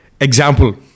example